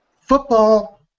Football